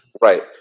right